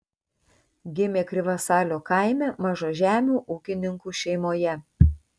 gimė krivasalio kaime mažažemių ūkininkų šeimoje